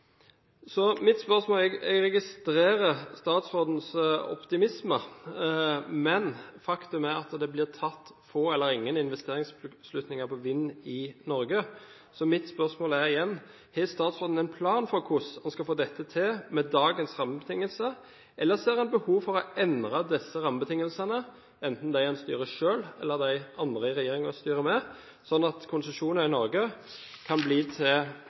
Jeg registrerer statsrådens optimisme, men faktum er at det blir tatt få eller ingen investeringsbeslutninger på vindsektoren i Norge. Så mitt spørsmål er: Har statsråden en plan for hvordan en skal få dette til med dagens rammebetingelser, eller ser han behov for å endre disse rammebetingelsene, enten de han styrer selv eller de som andre i regjeringen styrer med, slik at konsesjoner i Norge kan bli til